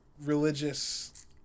religious